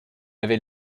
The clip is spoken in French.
avait